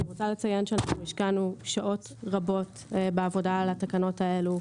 אני רוצה לציין שהשקענו שעות רבות בעבודה על התקנות האלה.